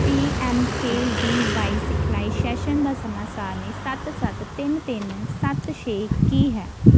ਪੀ M K V Y ਸਿਖਲਾਈ session ਦਾ ਸਮਾਂ ਸਾਰਨੀ ਸੱਤ ਸੱਤ ਤਿੰਨ ਤਿੰਨ ਸੱਤ ਛੇ ਕੀ ਹੈ